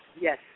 Yes